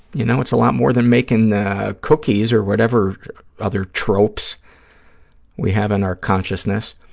you know, it's a lot more than making the cookies or whatever other tropes we have in our consciousness.